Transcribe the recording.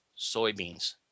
soybeans